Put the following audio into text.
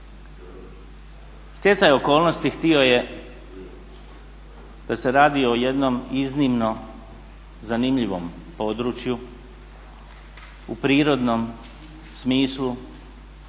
Stjecaj okolnosti htio je da se radi o jednom iznimno zanimljivom području u prirodnom smislu